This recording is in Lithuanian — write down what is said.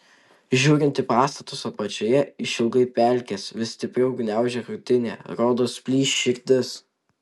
žiūrint į pastatus apačioje išilgai pelkės vis stipriau gniaužia krūtinę rodos plyš širdis